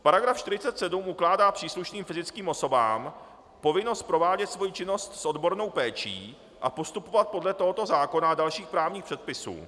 § 47 ukládá příslušným fyzickým osobám povinnost provádět svoji činnost s odbornou péčí a postupovat podle tohoto zákona a dalších právních předpisů.